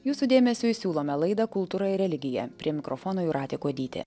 jūsų dėmesiui siūlome laidą kultūra ir religija prie mikrofono jūratė kuodytė